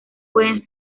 pueden